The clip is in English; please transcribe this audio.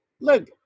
look